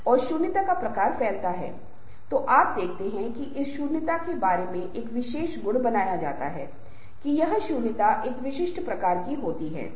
समूह के विकास का तीसरा चरण कार्य प्रदर्शन के बारे में अधिक गंभीर चिंता से चिह्नित है